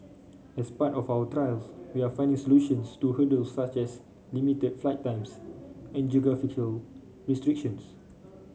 as part of our trials we are finding solutions to hurdles such as limited flight times and restrictions